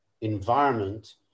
environment